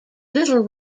little